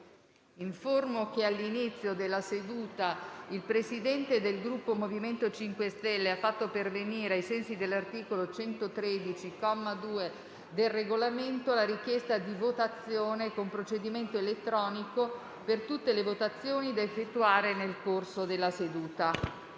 che all'inizio della seduta il Presidente del Gruppo MoVimento 5 Stelle ha fatto pervenire, ai sensi dell'articolo 113, comma 2, del Regolamento, la richiesta di votazione con procedimento elettronico per tutte le votazioni da effettuare nel corso della seduta.